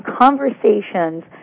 conversations